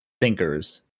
thinkers